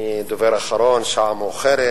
אני הדובר האחרון, השעה מאוחרת,